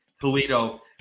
Toledo